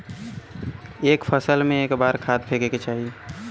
एक फसल में क बार खाद फेके के चाही?